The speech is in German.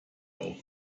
auf